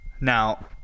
now